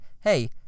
Hey